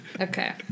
Okay